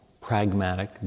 pragmatic